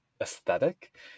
aesthetic